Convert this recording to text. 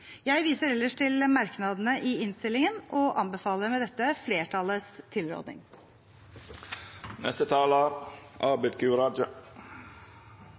Jeg viser ellers til merknadene i innstillingen og anbefaler med dette flertallets tilråding.